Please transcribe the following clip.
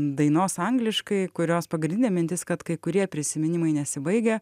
dainos angliškai kurios pagrindinė mintis kad kai kurie prisiminimai nesibaigia